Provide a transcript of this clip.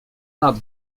nad